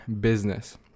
business